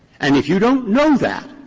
and if you don't know that,